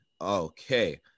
Okay